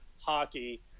hockey